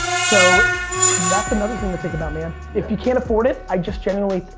so that's another thing to think about, man. if you can't afford it i just genuinely,